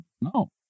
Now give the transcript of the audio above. no